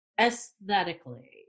aesthetically